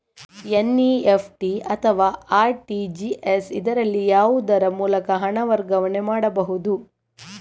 NEFT ಅಥವಾ RTGS, ಇದರಲ್ಲಿ ಯಾವುದರ ಮೂಲಕ ಹಣ ವರ್ಗಾವಣೆ ಮಾಡಬಹುದು?